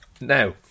Now